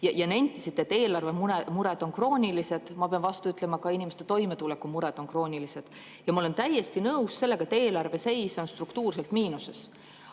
Nentisite, et eelarvemured on kroonilised. Ma pean vastu ütlema, et ka inimeste toimetulekumured on kroonilised. Ja ma olen täiesti nõus sellega, et eelarve on struktuurses miinuses.